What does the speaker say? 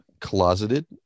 closeted